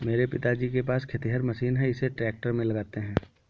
मेरे पिताजी के पास खेतिहर मशीन है इसे ट्रैक्टर में लगाते है